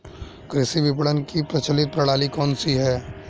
कृषि विपणन की प्रचलित प्रणाली कौन सी है?